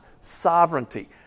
sovereignty